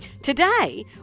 Today